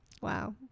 Wow